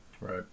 Right